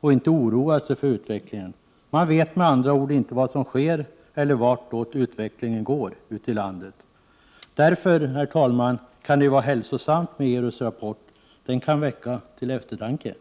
och inte oroar sig för utvecklingen. Man vet med andra ord inte vad som sker, eller vartåt utvecklingen går ute i landet. Därför kan det, herr talman, vara hälsosamt med ERU:s rapport. Den kan väcka till eftertanke.